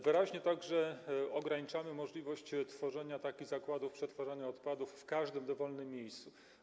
Wyraźnie także ograniczamy możliwość tworzenia zakładów przetwarzania odpadów w każdym dowolnym miejscu.